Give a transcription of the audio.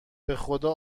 بخدا